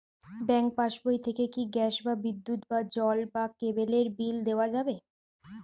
Bank পাশবই থেকে কি গ্যাস বা বিদ্যুৎ বা জল বা কেবেলর বিল দেওয়া যাবে?